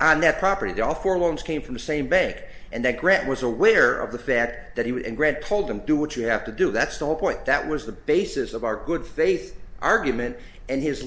and that property all for loans came from the same bank and that grant was aware of the fact that he would grant told them do what you have to do that's the whole point that was the basis of our good faith argument and his